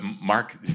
Mark